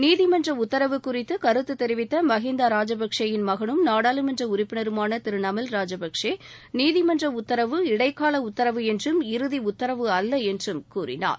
நீதிமன்ற உத்தரவு குறித்து கருத்து தெரிவித்த மஹிந்தா ராஜபக்சேயின் மகனும் நாடாளுமன்ற உறுப்பினருமான திரு நமல் ராஜபக்சே நீதிமன்ற உத்தரவு இடைக்கால உத்தரவு என்றும் இறுதி உத்தரவு அல்ல என்றும் கூறினார்